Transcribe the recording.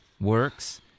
works